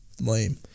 lame